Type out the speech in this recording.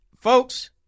Folks